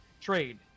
trade